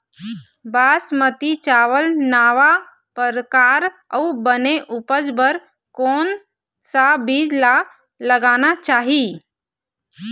बासमती चावल नावा परकार अऊ बने उपज बर कोन सा बीज ला लगाना चाही?